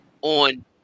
on